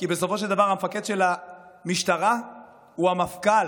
כי בסופו של דבר המפקד של המשטרה הוא המפכ"ל,